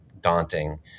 daunting